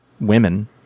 women